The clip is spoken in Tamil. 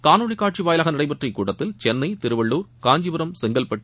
காணொலிக் காட்சி வாயிலாக நடைபெற்ற இக்கூட்டத்தில் சென்னை திருவள்ளுர் காஞ்சிபுரம் செங்கல்பட்டு